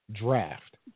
Draft